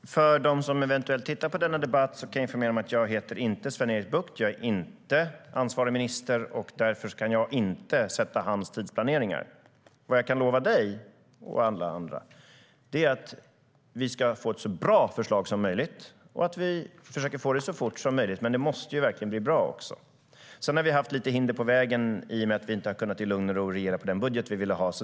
Herr talman! Jag kan informera dem som eventuellt tittar på denna debatt om att jag inte heter Sven-Erik Bucht. Jag är inte ansvarig minister, och därför kan jag inte göra hans tidsplanering. Vi har haft lite hinder på vägen i och med att vi inte har kunnat regera i lugn och ro på den budget vi ville ha.